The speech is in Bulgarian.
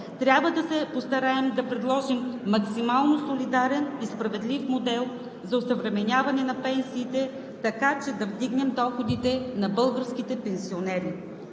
Трябва да се постараем да предложим максимално солидарен и справедлив модел за осъвременяване на пенсиите, така че да вдигнем доходите на българските пенсионери.